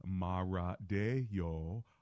Maradeo